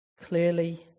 clearly